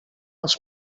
els